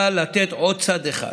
בא לתת עוד צד אחד.